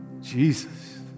Jesus